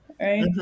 right